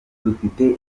dufite